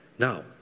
Now